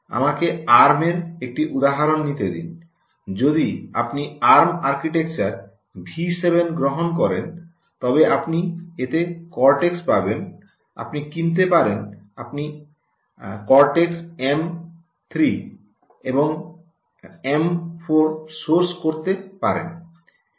আমাকে আর্ম এর একটি উদাহরণ নিতে দিন যদি আপনি আর্ম আর্কিটেকচার ভি 7 গ্রহণ করেন তবে আপনি এতে কর্টেক্স পাবেন আপনি কিনতে পারেন আপনি কর্টেক্স এম 3 এম 4 সোর্স করতে পারেন